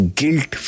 guilt